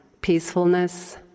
peacefulness